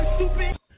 Stupid